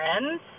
friends